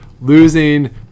losing